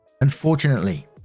Unfortunately